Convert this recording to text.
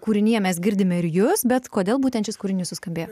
kūrinyje mes girdime ir jus bet kodėl būtent šis kūrinys suskambėjo